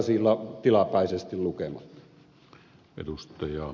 sasilla tilapäisesti lukematta